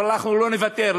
אבל אנחנו לא נוותר,